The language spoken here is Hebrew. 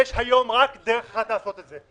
יש היום רק דרך אחת לעשות את זה.